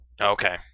Okay